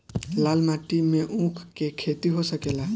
लाल माटी मे ऊँख के खेती हो सकेला?